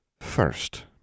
First